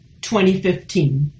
2015